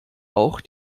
auch